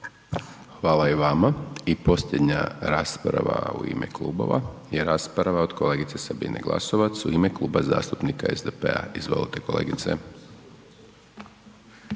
Hvala i vama. I posljednja rasprava u ime klubova je rasprava od kolegice Sabine Glasovac u ime Kluba zastupnika SDP-a. Izvolite kolegice.